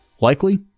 likely